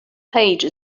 page